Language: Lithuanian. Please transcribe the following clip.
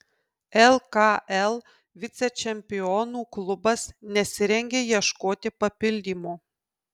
lkl vicečempionų klubas nesirengia ieškoti papildymo